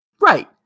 Right